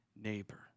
Neighbor